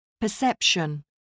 Perception